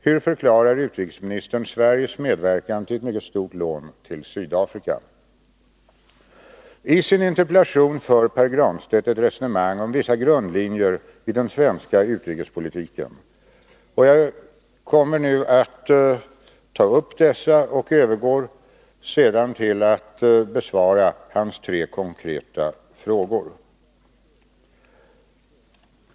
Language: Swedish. Hur förklarar utrikesministern Sveriges medverkan till ett mycket stort lån till Sydafrika? I sin interpellation för Pär Granstedt ett resonemang om vissa grundlinjer i den svenska utrikespolitiken. Jag kommer nu att ta upp dessa och övergår sedan till att besvara hans tre konkreta frågor.